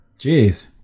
Jeez